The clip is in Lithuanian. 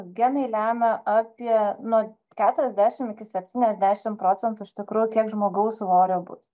genai lemia apie nuo keturiasdešim iki septyniasdešim procentų iš tikrųjų kiek žmogaus svorio bus